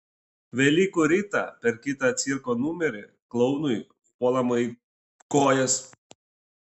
velykų rytą per kitą cirko numerį klounui puolama į kojas